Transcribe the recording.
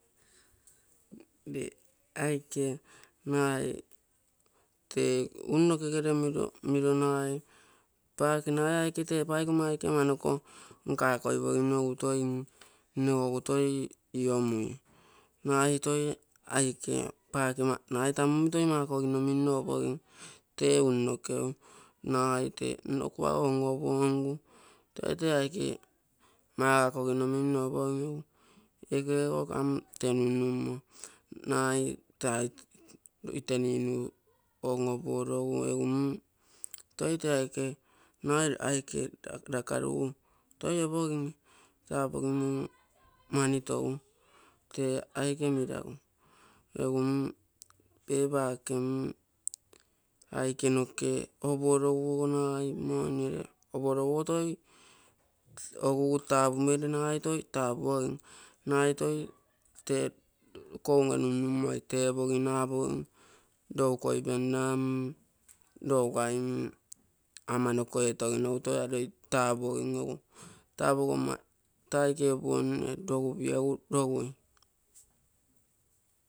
Tee aike nagai tee ung nokegere miro nagai poake nagai tee paiga aike amanoke nka-koipogino egu toi mm nnego egu toi iomui, nagai toi aike paake tamu omi toi makogino minno apogim tee ung nokeu, nagai tee nno kuago on-opuongu toi tee aike magakogino minno opogim egu ege ogo am tee numnummo nagai tee aike ite ninu on-opuorogu egu mm toi tee aike nagai aike lakarugu toi oopogim, toi apogim moni tou tee aike meragu, egu mm tee paake aike noke opuoro-guogo toi oguga ta pumere nagai toi tapuogim. Nagai tee iko unge nunnumoi tepogino apogim loukoi-penna mm lougai amanoko etogino egu toi ia loi tapuogim egu taa pogomma taa aike opuonne logupio egu logui.